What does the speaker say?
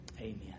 Amen